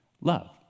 love